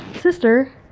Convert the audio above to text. sister